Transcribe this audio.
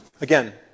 Again